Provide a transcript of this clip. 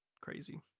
Crazy